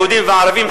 יהודים וערבים,